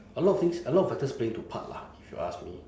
a lot of things a lot of factors play into part lah if you ask me